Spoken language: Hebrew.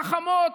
חכמות,